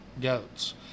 goats